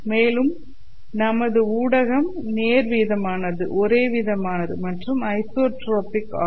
மேலும் நமது ஊடகம் நேர் விதமானது ஒரே விதமானது மற்றும் ஐஸோட்ரோபிக் ஆகும்